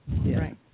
Right